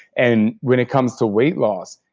and when it comes to weight loss,